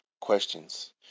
questions